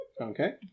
Okay